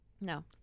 No